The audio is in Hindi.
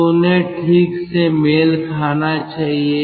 तो उन्हें ठीक से मेल खाना चाहिए